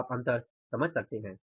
तो आप अंतर समझ सकते हैं